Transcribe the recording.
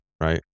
Right